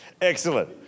Excellent